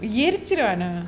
எரிச்சிடுவான:yaerichiduvaana